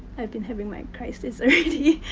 i've been having my crises already.